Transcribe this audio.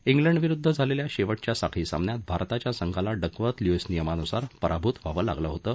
उनंड विरुद्ध झालेल्या शेवटच्या साखळी सामन्यात भारताच्या संघाला डकवर्थ लुईस नियमानुसार पराभूत व्हावं लागलं होतं